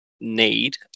need